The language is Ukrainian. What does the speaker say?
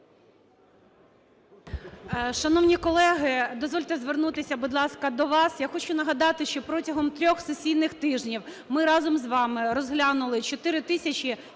Шановні колеги, дозвольте звернутися, будь ласка, до вас. Я хочу нагадати, що протягом трьох сесійних тижнів ми разом з вам розглянули 4568